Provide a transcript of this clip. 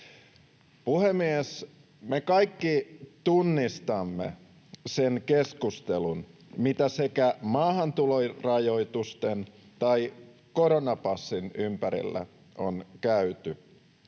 Puhemies! Me kaikki tunnistamme sen keskustelun, mitä sekä maahantulorajoitusten että koronapassin ympärillä on käyty.